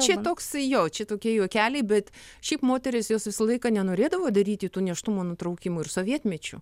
čia toks jo čia tokie juokeliai bet šiaip moterys jos visą laiką nenorėdavo daryti tų nėštumo nutraukimų ir sovietmečiu